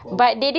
power ah